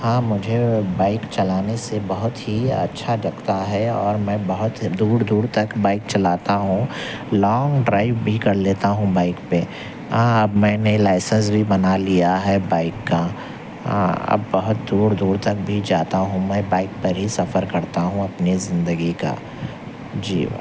ہاں مجھے بائک چلانے سے بہت ہی اچھا لگتا ہے اور میں بہت دور دور تک بائک چلاتا ہوں لانگ ڈرائیو بھی کر لیتا ہوں بائک پہ میں نے لائسنس بھی بنا لیا ہے بائک کا اب بہت دور دور تک بھی جاتا ہوں میں بائک پر ہی سفر کرتا ہوں اپنے زندگی کا جی